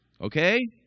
Okay